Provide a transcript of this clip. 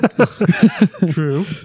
true